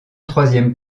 troisième